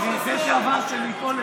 העבירו אותך לשמאל.